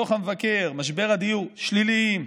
דוח המבקר, משבר הדיור, שליליים.